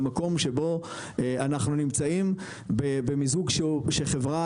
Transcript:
במקום שבו אנחנו נמצאים במיזוג שחברה